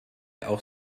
auch